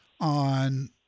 on